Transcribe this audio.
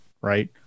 right